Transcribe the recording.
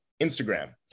Instagram